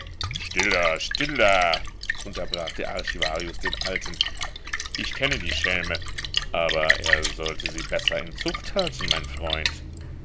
still da still da unterbrach der archivarius den alten ich kenne die schelme aber er sollte sie besser in zucht halten mein freund